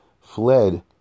fled